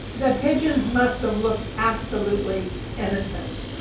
the pigeons must've looked absolutely innocent,